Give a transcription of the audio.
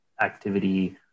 activity